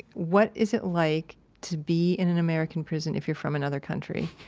what is it like to be in an american prison if you're from another country.